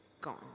gone